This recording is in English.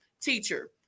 teacher